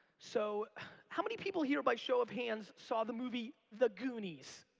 so how many people here by show of hands saw the movie the goonies?